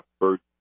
first